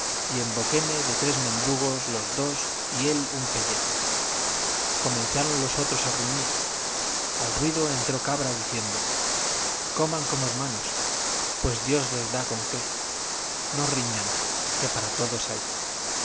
y emboquéme de tres medrugos los dos y el un pellejo comenzaron los otros a gruñir al ruido entró cabra diciendo coman como hermanos pues dios les da con qué no riñan que para todos hay